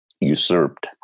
usurped